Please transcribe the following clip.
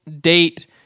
date